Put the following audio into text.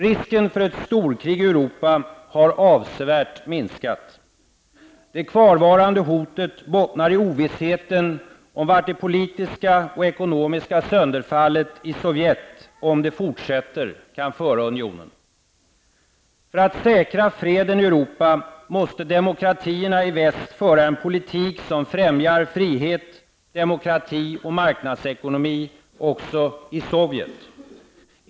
Risken för ett storkrig i Europa har avsevärt minskat. Det kvarvarande hotet bottnar i ovissheten om vart det politiska och ekonomiska sönderfallet i Sovjet, om det fortsätter, kan föra unionen. För att säkra freden i Europa måste demokratierna i väst föra en politik som främjar frihet , demokrati och marknadsekonomi också i Sovjet.